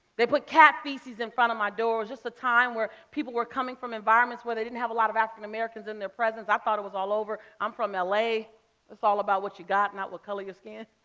they put cat feces in front of my doors. just a time where people were coming from environments where they didn't have a lot of african-americans in their presence. i thought it was all over. i'm from ah la, it's all about what you got, not what color your skin.